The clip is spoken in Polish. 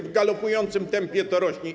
W galopującym tempie to rośnie.